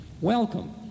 Welcome